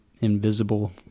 invisible